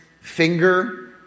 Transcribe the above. finger